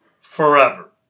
forever